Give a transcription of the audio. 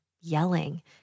yelling